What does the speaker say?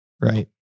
Right